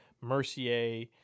Mercier